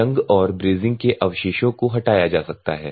जंग और ब्रेजिंग के अवशेषों को हटाया जा सकता है